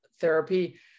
therapy